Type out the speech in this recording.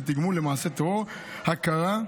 ומצד שני הוא לא רצה שהחוק הזה יתעכב אפילו דקה אחת,